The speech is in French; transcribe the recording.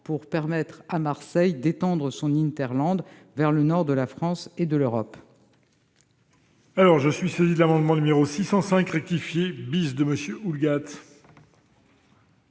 pour permettre à Marseille d'étendre son vers le nord de la France et de l'Europe.